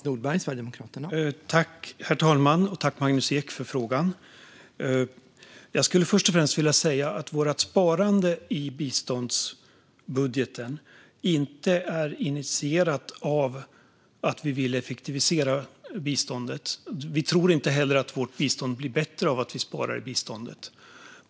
Herr talman! Tack, Magnus Ek, för frågan! Jag skulle först och främst vilja säga att vårt sparande i biståndsbudgeten inte har initierats för att vi vill effektivisera biståndet. Vi tror inte heller att vårt bistånd blir bättre av att vi sparar in på det.